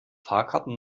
fahrkarten